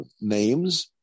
names